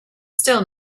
still